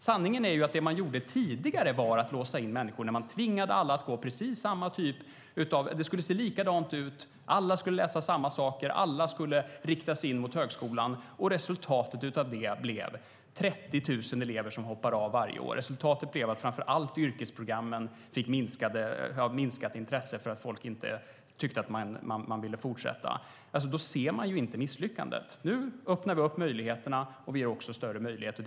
Sanningen är att det som man gjorde tidigare var att låsa in människor då man tvingade alla att läsa samma saker. Alla skulle riktas in mot högskolan. Resultatet av det blev 30 000 elever som hoppar av varje år. Det blev ett minskat intresse framför allt för yrkesprogrammen eftersom folk inte tyckte att de ville fortsätta. Då ser man inte misslyckandet. Nu ger vi större möjligheter.